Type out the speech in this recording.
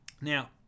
Now